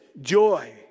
joy